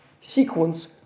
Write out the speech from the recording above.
sequence